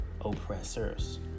oppressors